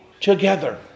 together